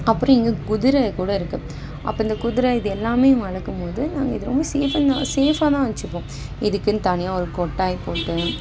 அப்புறம் இங்கே குதிரை கூட இருக்குது அப்புறம் இந்த குதிரை இது எல்லாம் வளர்க்கும் போது நாங்கள் எதுவும் சீபன் சேஃபா தான் வச்சிப்போம் இப்போ இதுக்குனு தனியா ஒரு கொட்டாய் போட்டு